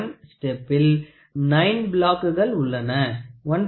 001 ஸ்டெப்பில் 9 பிளாக்குகள் உள்ளன 1